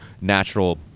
natural